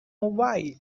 why